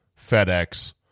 FedEx